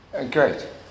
Great